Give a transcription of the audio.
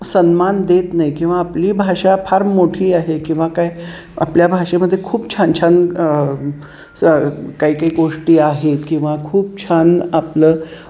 सन्मान देत नाही किंवा आपली भाषा फार मोठी आहे किंवा काय आपल्या भाषेमध्ये खूप छान छान स काही काही गोष्टी आहेत किंवा खूप छान आपलं